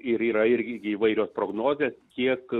ir yra ir įvairios prognozės kiek